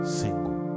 single